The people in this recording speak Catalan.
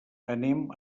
anem